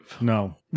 No